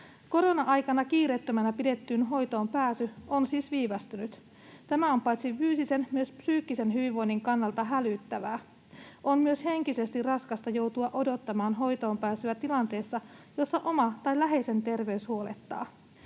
Korona-aikana kiireettömänä pidettyyn hoitoon pääsy on siis viivästynyt. Tämä on paitsi fyysisen myös psyykkisen hyvinvoinnin kannalta hälyttävää. On myös henkisesti raskasta joutua odottamaan hoitoonpääsyä tilanteessa, jossa oma tai läheisen terveys huolettaa.